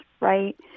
right